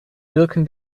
wirken